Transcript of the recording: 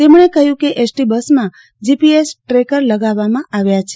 તેમણે કહ્યું કે એસટી બસમાં જીપીએસ ટ્રેકર લગાવવામાં આવ્યા છે